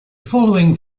following